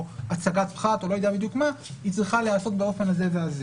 או הצגת פחת או לא יודע בדיוק מה היא צריכה להיעשות באופן הזה והזה.